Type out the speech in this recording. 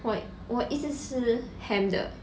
我我一直吃 ham 的